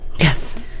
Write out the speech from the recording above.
Yes